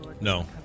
No